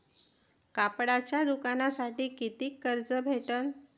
कापडाच्या दुकानासाठी कितीक कर्ज भेटन?